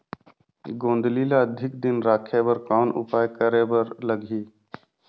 गोंदली ल अधिक दिन राखे बर कौन उपाय करे बर लगही?